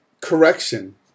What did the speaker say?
correction